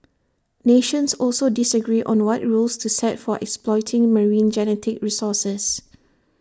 nations also disagree on what rules to set for exploiting marine genetic resources